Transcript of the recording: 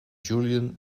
julian